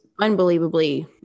unbelievably